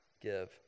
give